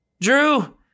Drew